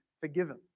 forgiven